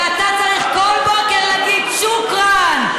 ואתה צריך כל בוקר להגיד: שוכרן,